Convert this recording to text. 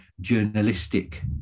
journalistic